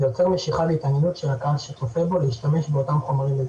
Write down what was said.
זה יוצר משיכה להתעניינות של הקהל שצופה בו להשתמש באותם חומרים.